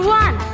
one